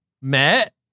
met